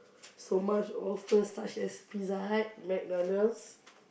so much offer such as Pizza-Hut McDonald's